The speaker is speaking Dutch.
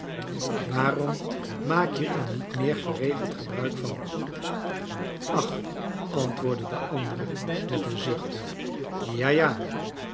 waarom maak je er niet meer geregeld gebruik van ach antwoordde de andere met een zucht ja ja